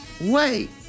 Wait